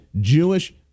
Jewish